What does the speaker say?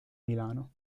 milano